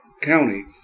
county